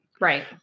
Right